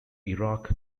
iraq